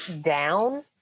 down